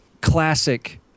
Classic